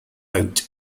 out